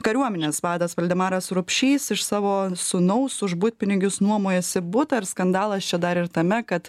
kariuomenės vadas valdemaras rupšys iš savo sūnaus už butpinigius nuomojasi butą ir skandalas čia dar ir tame kad